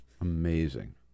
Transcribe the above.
Amazing